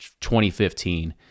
2015